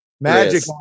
magic